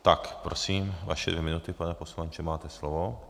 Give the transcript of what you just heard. Tak prosím, vaše dvě minuty, pane poslanče, máte slovo.